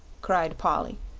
cried polly,